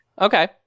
Okay